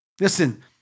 Listen